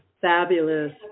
fabulous